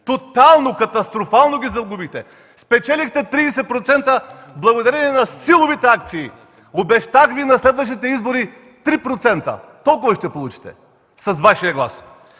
Тотално, катастрофално ги загубихте. Спечелихте 30% благодарение на силовите акции. За следващите избори Ви обещах 3%. Толкова и ще получите с Вашия глас.